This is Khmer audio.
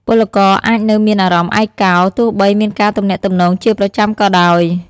ពលករអាចនៅមានអារម្មណ៍ឯកោ ទោះបីមានការទំនាក់ទំនងជាប្រចាំក៏ដោយ។